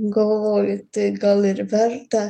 galvoju tai gal ir verta